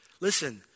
Listen